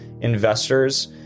investors